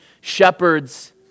shepherds